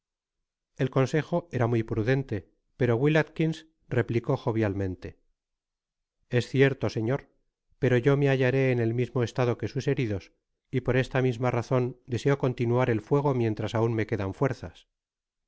el consejo era muy prudente pero will atkins replicó jovialmente es cierto señor pero yo me hallaré en el mismo estado que sus heridos y por esta misma razon deseo continuar el fuego mientras aun me quedan fuerzas